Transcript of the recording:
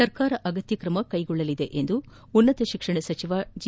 ಸರ್ಕಾರ ಅಗತ್ಯ ಕ್ರಮ ಕೈಗೊಳ್ಳಲಿದೆ ಎಂದು ಉನ್ನತ ಶಿಕ್ಷಣ ಸಚಿವರಾದ ಜಿ